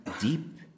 deep